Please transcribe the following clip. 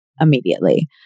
immediately